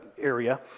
area